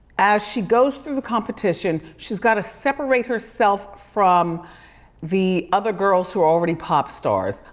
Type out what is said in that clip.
as she goes through the competition, she's gotta separate herself from the other girls who are already pop stars.